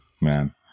man